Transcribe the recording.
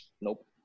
nope